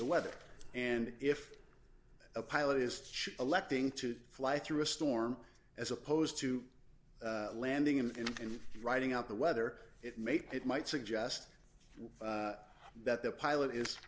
the weather and if a pilot is electing to fly through a storm as opposed to landing in and riding out the weather it made it might suggest that the pilot is